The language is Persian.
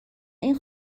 این